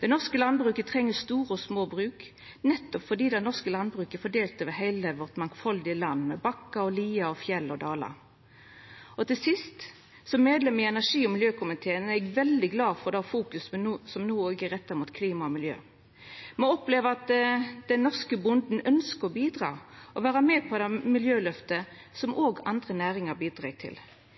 Det norske landbruket treng store og små bruk, nettopp fordi det norske landbruket er fordelt over heile vårt mangfaldige land, med bakkar, lier, fjell og dalar. Til sist: Som medlem i energi- og miljøkomiteen er eg veldig glad for det fokuset som no er retta mot klima og miljø. Me opplever at den norske bonden også ønskjer å bidra og vera med på det miljøløftet som andre næringar bidreg til.